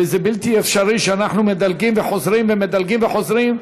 וזה בלתי אפשרי שאנחנו מדלגים וחוזרים ומדלגים וחוזרים.